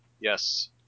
Yes